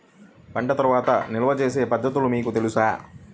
పంట తర్వాత నిల్వ చేసే పద్ధతులు మీకు తెలుసా?